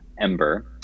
Ember